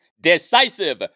decisive